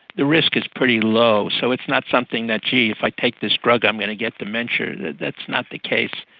the risk is pretty low, so it's not something that, gee, if i take this drug i'm going to get dementia, that's not the case.